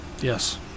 Yes